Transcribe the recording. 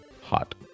hot